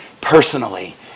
personally